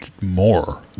more